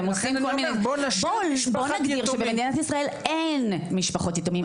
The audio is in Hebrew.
בוא נגדיר שבמדינת ישראל אין משפחות יתומים.